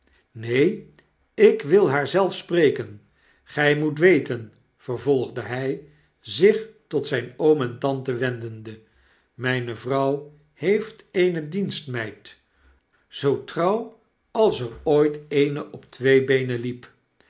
neenl ik wil haar zelf spreken gy moet weten vervolgde hy zich tot zyn oom en tante wendende myne vrouw heeft eene dienstmeid zoo trouw als er ooit eene op twee beenen liep